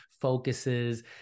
focuses